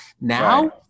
now